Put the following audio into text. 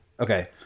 Okay